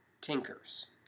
tinkers